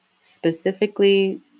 specifically